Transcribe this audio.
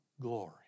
glory